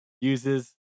uses